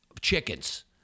chickens